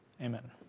Amen